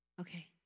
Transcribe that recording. okay